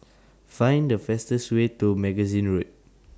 Find The fastest Way to Magazine Road